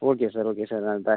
okay sir okay sir அந்த